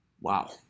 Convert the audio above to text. Wow